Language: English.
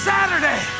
Saturday